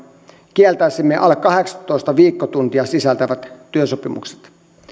kieltäisimme alle kahdeksantoista viikkotuntia sisältävät työsopimukset